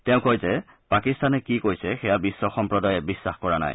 তেওঁ কয় যে পাকিস্তানে কি কৈছে সেয়া বিখ্ব সম্প্ৰদায়ে বিশ্বাস কৰা নাই